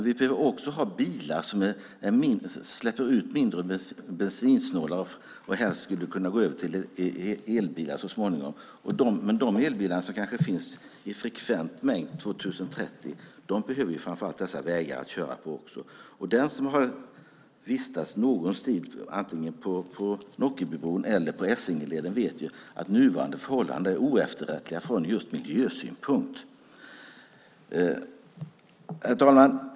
Vi behöver också ha bilar som är bensinsnålare, och helst skulle vi gå över till elbilar så småningom. Men de elbilar som kanske finns i frekvent mängd 2030 behöver framför allt dessa vägar att köra på. Den som har vistats någon tid antingen på Nockebybron eller på Essingeleden vet att nuvarande förhållanden är oefterrättliga från just miljösynpunkt. Herr talman!